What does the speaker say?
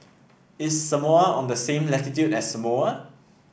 is Samoa on the same latitude as Samoa